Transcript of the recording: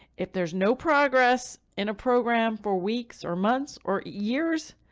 if there's no progress in a program for weeks or months or years,